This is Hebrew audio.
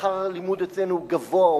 שכר הלימוד אצלנו הוא גבוה,